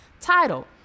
Title